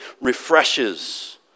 refreshes